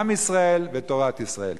עם ישראל ותורת ישראל.